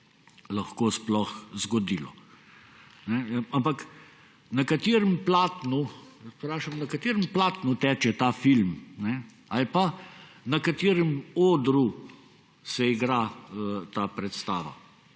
lahko sploh zgodilo. Vendar vprašam, na katerem platnu teče ta film ali pa na katerem odru se igra ta predstava